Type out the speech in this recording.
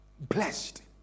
blessed